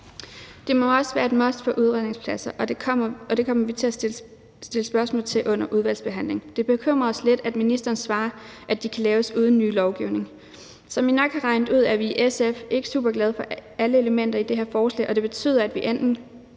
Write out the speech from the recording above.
Det må også været et must for udredningspladser, og det kommer vi til at stille spørgsmål til under udvalgsbehandlingen. Det bekymrer os lidt, at ministeren svarer, at de kan laves uden ny lovgivning. Som I nok har regnet ud, er vi i SF ikke superglade for alle elementer i det her forslag, og det betyder, at vi enten